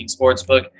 Sportsbook